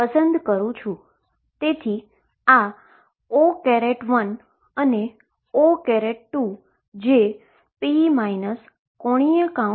તેથી આ O1 અને O2 જે p ⟨p⟩